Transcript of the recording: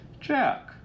Jack